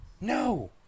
No